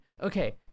okay